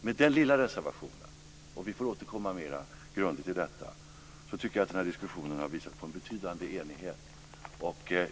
Med den lilla reservationen - vi får återkomma mera grundligt till detta - tycker jag att denna diskussion har visat på en betydande enighet.